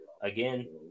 again